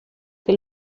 que